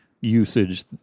usage